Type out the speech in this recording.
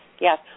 Yes